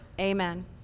Amen